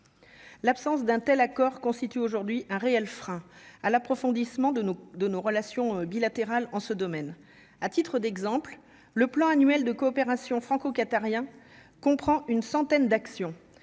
L'absence d'un tel accord constitue aujourd'hui un réel frein à l'approfondissement de nos, de nos relations bilatérales en ce domaine, à titre d'exemple, le plan annuel de coopération franco-qatarien comprend une centaine d'actions